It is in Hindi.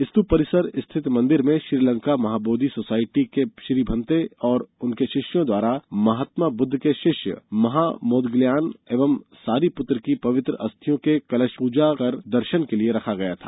स्तूप परिसर स्थित मंदिर में श्रीलंका महाबोधी सोसायटी के श्री भंते और उनके शिष्यों द्वारा महात्मा बुद्ध के शिष्य महामोदग्लायन एवं सारिपुत्र की पवित्र अस्थियों के कलश पूजा कर दर्शन के लिए रखा गया था